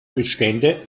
bestände